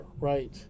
right